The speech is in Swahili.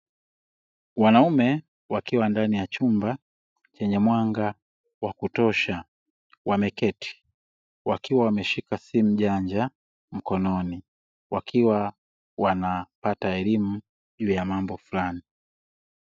Wanaume wakiwa ndani ya chumba chenye mwanga wa kutosha wameketi wakiwa wameshika simu janja mkononi, wakiwa wanapata elimu juu ya mambo fulani.